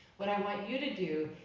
what i want you to do,